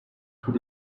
tous